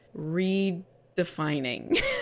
redefining